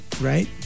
right